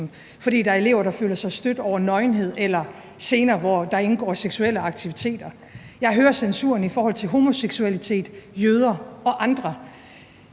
fordi der er elever, der føler sig stødt over nøgenhed eller scener, hvor der indgår seksuelle aktiviteter. Jeg hører om censuren i forhold til homoseksualitet, jøder og andre